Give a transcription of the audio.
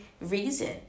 reason